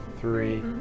three